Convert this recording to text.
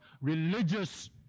religious